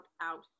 out